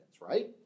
right